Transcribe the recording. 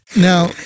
Now